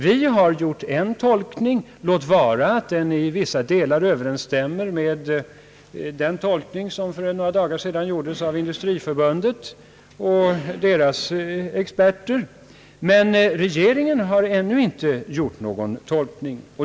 Vi har gjort en tolkning, låt vara att den i vissa delar överensstämmer med den tolkning som för några dagar sedan gjordes av Industriförbundet och dess experter. Men regeringen har ännu inte gjort någon tolkning.